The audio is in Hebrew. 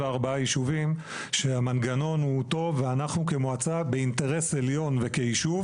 יישובים שהמנגנון הוא טוב ואנחנו כמועצה באינטרס עליון וכיישוב